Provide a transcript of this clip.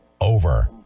Over